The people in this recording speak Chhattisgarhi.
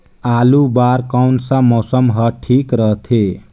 आलू बार कौन सा मौसम ह ठीक रथे?